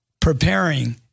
preparing